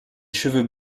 cheveux